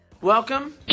Welcome